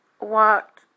walked